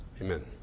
Amen